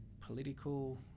political